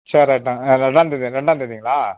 சேரி ரைட்டு ரெண்டாந்தேதி ரெண்டாந்தேதிங்களா